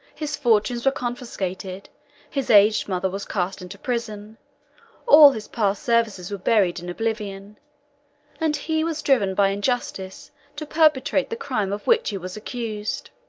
his fortunes were confiscated his aged mother was cast into prison all his past services were buried in oblivion and he was driven by injustice to perpetrate the crime of which he was accused.